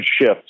shift